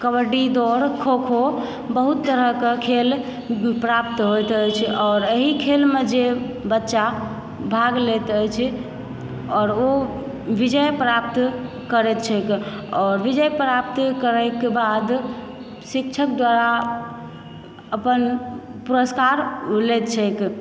कबड्डी दौड़ खो खो बहुत तरहकऽ खेल प्राप्त होयत अछि आओर एहि खेलमे जे बच्चा भाग लैत अछि आओर ओ विजय प्राप्त करैत छैक आओर विजय प्राप्त करयके बाद शिक्षक द्वारा अपन पुरस्कार लैत छैक